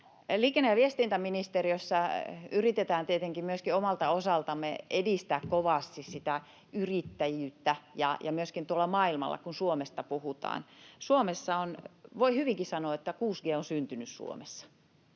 Liikenne‑ ja viestintäministeriössä yritetään tietenkin myöskin omalta osaltamme edistää kovasti sitä yrittäjyyttä, myöskin tuolla maailmalla, kun Suomesta puhutaan. Voi hyvinkin sanoa, että 6G on syntynyt Suomessa,